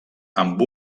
amb